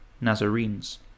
Nazarenes